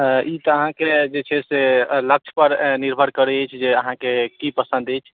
ई तऽ अहाँके जे छै से लक्ष्य पर निर्भर करै अछि जे अहाँकेॅं की पसन्द अछि